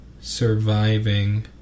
surviving